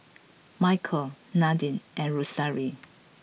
Michaele Nadine and Rosaria